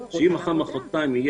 שאם מחר או מוחרתיים יהיה,